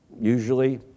usually